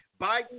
Biden